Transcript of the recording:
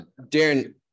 Darren